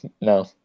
No